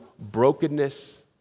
brokenness